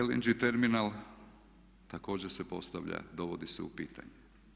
LNG terminal također se postavlja, dovodi se u pitanje.